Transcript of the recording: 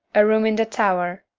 a room in the tower.